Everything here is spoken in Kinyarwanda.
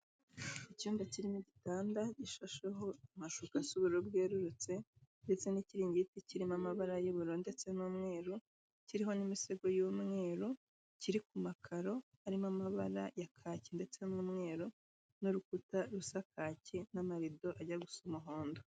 Icyumba kirimo igitanda gishasheho amashuka asa ubururu bwerurutse ndetse n'ikiringiti kirimo amabara y'ubururu ndetse n'umweru, kiriho n'imisego y'umweru, kiri ku makaro arimo amabara ya kaki ndetse n'umweru, n'urukuta rusa kaki, n'amarido ajya gusa umuhondo.